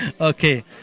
Okay